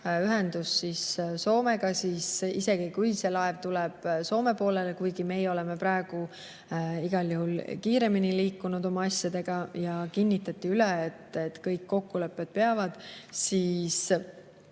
ühendus Soomega, siis isegi kui see laev läheb Soome, kuigi meie oleme praegu igal juhul kiiremini liikunud oma asjadega ja kinnitati üle, et kõik kokkulepped peavad, siis